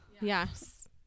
Yes